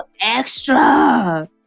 extra